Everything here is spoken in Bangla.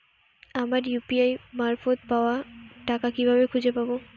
আমার ইউ.পি.আই মারফত পাওয়া টাকা কিভাবে খুঁজে পাব?